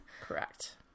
Correct